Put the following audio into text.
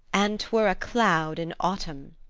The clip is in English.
an twere a cloud in autumn!